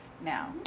now